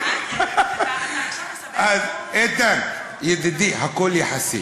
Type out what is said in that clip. אתה עכשיו מסבך אותו, אז איתן, ידידי, הכול יחסי.